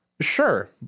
Sure